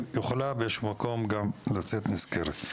היא יכולה באיזה מקום גם לצאת נשכרת.